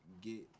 get